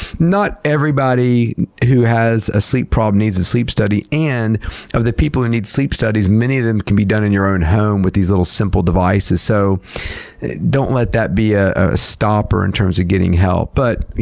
not everybody who has a sleep problem needs a sleep study, and of the people who need sleep studies, many of them can be done in your own home with these little simple devices. so don't let that be a a stopper in terms of getting help. but,